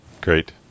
Great